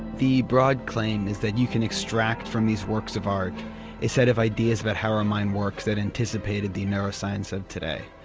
the broad claim is that you can extract from these works of art a set of ideas about how our mind works that anticipated the neuroscience of today.